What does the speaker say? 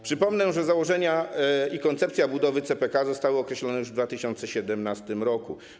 Przypomnę, że założenia i koncepcja budowy CPK zostały określone już w 2017 r.